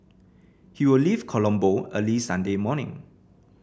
he will leave Colombo early Sunday morning